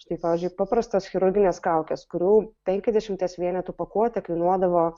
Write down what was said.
štai pavyzdžiui paprastos chirurginės kaukės kurių penkiasdešimties vienetų pakuotė kainuodavo